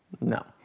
No